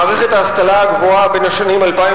מערכת ההשכלה הגבוהה הפסידה בין השנים 2001